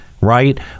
Right